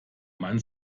man